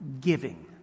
giving